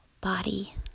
body